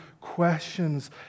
questions